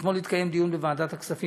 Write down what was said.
אתמול התקיים דיון בוועדת הכספים